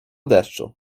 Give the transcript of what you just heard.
deszczu